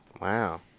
Wow